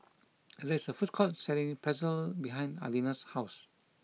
there is a food court selling Pretzel behind Adina's house